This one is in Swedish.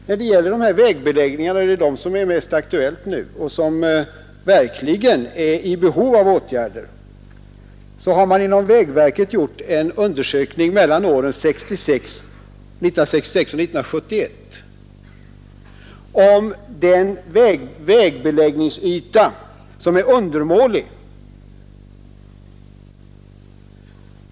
När det gäller vägbeläggningarna — det är ju de som är mest aktuella, och det är där som det verkligen finns behov av åtgärder — har man inom vägverket gjort en undersökning mellan åren 1966 och 1971 om den vägbeläggningsyta som är undermålig.